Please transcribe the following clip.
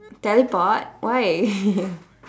teleport why